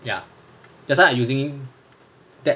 ya that's why I using that